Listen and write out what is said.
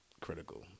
critical